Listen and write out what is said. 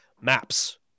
maps